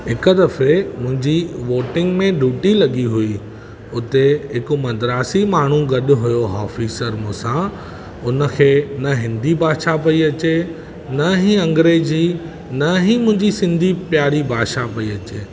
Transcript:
हिकु दफे़ मुंहिंजी वोटिंग में ड्यूटी लॻी हुई हुते हिकु मद्रसी माण्हू गॾु हुयो ऑफिसर मूंसां उन खे न हिंदी भाषा पई अचे न ई अंग्रेज़ी न ई मुंहिंजी सिंधी प्यारी भाषा पई अचे